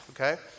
okay